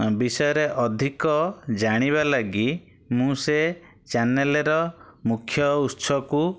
ବିଷୟରେ ଅଧିକ ଜାଣିବା ଲାଗି ମୁଁ ସେ ଚ୍ୟାନେଲର ମୁଖ୍ୟଉତ୍ସକୁ